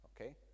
okay